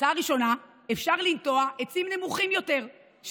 הצעה ראשונה: אפשר לנטוע עצים נמוכים יותר,